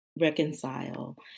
reconcile